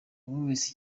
abumvise